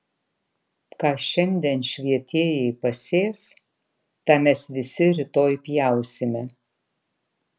ką šiandien švietėjai pasės tą mes visi rytoj pjausime